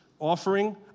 offering